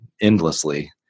endlessly